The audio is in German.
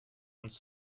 uns